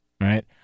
right